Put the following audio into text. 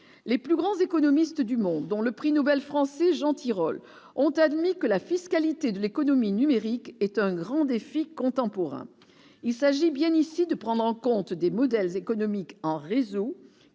les plus grands économistes du monde dont le prix Nobel français Jean Tirole ont admis que la fiscalité de l'économie numérique est un grand défi contemporain, il s'agit bien ici de prendre en compte des modèles économiques en réseau